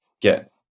get